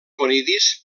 conidis